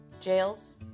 jails